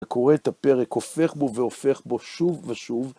קורא את הפרק הופך בו והופך בו שוב ושוב.